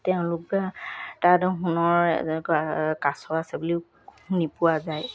তেওঁলোকে তাত সোণৰ কাছ আছে বুলিও শুনি পোৱা যায়